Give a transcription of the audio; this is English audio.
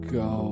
go